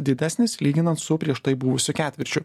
didesnis lyginan su prieš tai buvusiu ketvirčiu